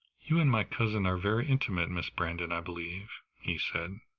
you and my cousin are very intimate, miss brandon, i believe? he said.